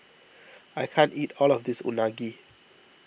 I can't eat all of this Unagi